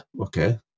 okay